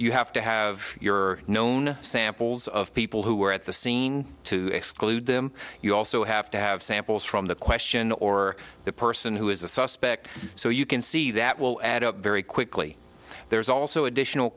you have to have your known samples of people who are at the scene to exclude them you also have to have samples from the question or the person who is a suspect so you can see that will add up very quickly there's also additional